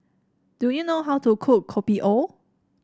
do you know how to cook Kopi O